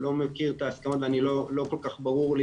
אני לא מכיר את ההסכמות ולא כל כך ברור לי